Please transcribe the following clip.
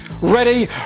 Ready